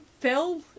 Phil